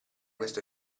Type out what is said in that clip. questo